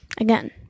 again